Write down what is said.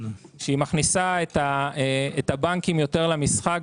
שהיא מכניסה את הבנקים יותר למשחק.